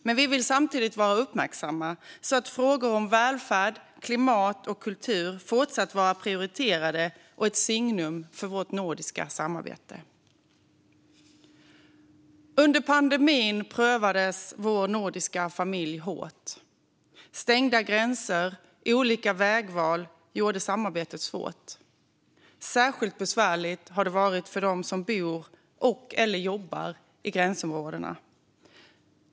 Men vi vill samtidigt vara uppmärksamma så att frågor om välfärd, klimat och kultur fortsätter att vara prioriterade och ett signum för vårt nordiska samarbete. Under pandemin prövades vår nordiska familj hårt. Stängda gränser och olika vägval gjorde samarbetet svårt. Särskilt besvärligt har det varit för dem som bor eller jobbar i gränsområdena.